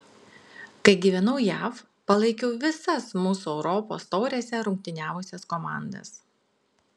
kai gyvenau jav palaikiau visas mūsų europos taurėse rungtyniavusias komandas